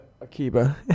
Akiba